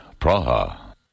Praha